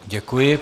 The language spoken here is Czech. Děkuji.